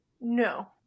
No